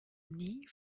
nie